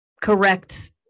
correct